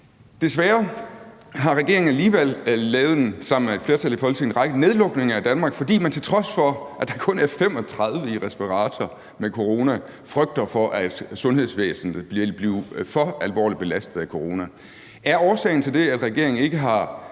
et flertal i Folketinget lavet en række nedlukninger af Danmark, fordi man, til trods for at der kun er 35 i respirator med corona, frygter, at sundhedsvæsenet vil blive for alvorligt belastet af corona. Er årsagen til det, at regeringen ikke har